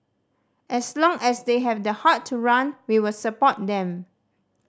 as long as they have the heart to run we will support them